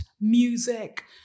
music